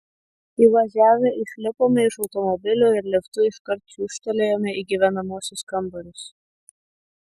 įvažiavę išlipome iš automobilio ir liftu iškart čiūžtelėjome į gyvenamuosius kambarius